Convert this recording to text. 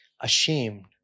ashamed